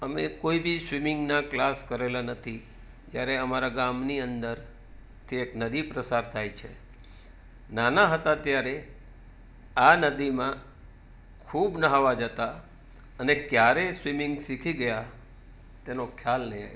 અમે કોઈ બી સ્વિમિંગના ક્લાસ કરેલા નથી જ્યારે અમારા ગામની અંદર ત્યાં એક નદી પસાર થાય છે નાના હતા ત્યારે આ નદીમાં ખૂબ નહાવા જતાં અને ક્યારે સ્વિમિંગ શીખી ગયા તેનો ખ્યાલ ન આવ્યો